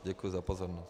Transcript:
Děkuji za pozornost.